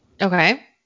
Okay